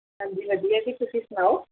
ਹਾਂਜੀ ਵਧੀਆ ਜੀ ਤੁਸੀਂ ਸੁਣਾਓ